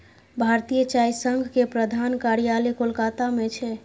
भारतीय चाय संघ के प्रधान कार्यालय कोलकाता मे छै